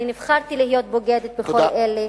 אני נבחרתי להיות בוגדת בכל אלה.